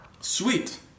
Sweet